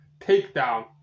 takedown